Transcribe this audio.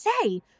say